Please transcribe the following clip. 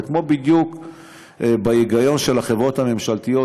זה בדיוק כמו ההיגיון של החברות הממשלתיות: